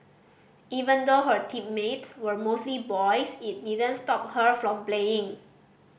even though her teammates were mostly boys it didn't stop her from playing